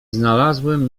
znalazłem